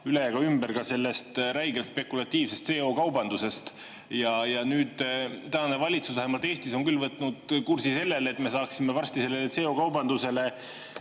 üle ega ümber ka sellest räigelt spekulatiivsest CO2‑kaubandusest. Ja nüüd on valitsus vähemalt Eestis küll võtnud kursi sellele, et me saaksime varsti sellele CO2‑kaubandusele